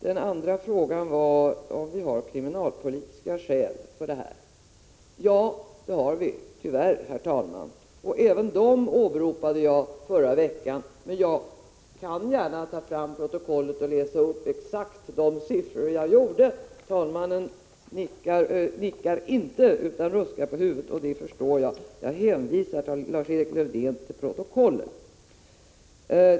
Den andra frågan var om folkpartiet hade kriminalpolitiska skäl för vårt förslag. Ja, herr talman, vi har tyvärr det. Även dem åberopade jag förra veckan, och jag kan gärna ta fram protokollet och läsa upp de exakta siffrorna. Talmannen nickar inte utan ruskar på huvudet — jag förstår honom, och jag hänvisar Lars-Erik Lövdén till protokollet.